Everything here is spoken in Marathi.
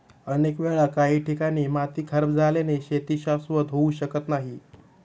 अनेक वेळा काही ठिकाणी माती खराब झाल्याने शेती शाश्वत होऊ शकत नाही